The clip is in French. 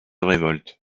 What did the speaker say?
révolte